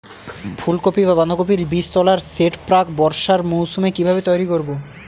ফুলকপি বা বাঁধাকপির বীজতলার সেট প্রাক বর্ষার মৌসুমে কিভাবে তৈরি করব?